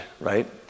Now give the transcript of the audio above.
right